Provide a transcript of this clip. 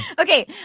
Okay